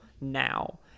now